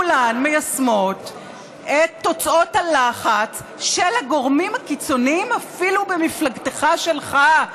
כולן מיישמות את תוצאות הלחץ של הגורמים הקיצוניים אפילו במפלגתך שלך,